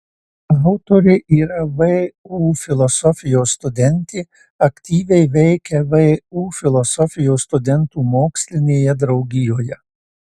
autorė yra vu filosofijos studentė aktyviai veikia vu filosofijos studentų mokslinėje draugijoje